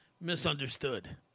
misunderstood